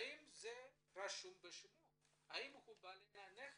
האם הוא בעליו של הנכס.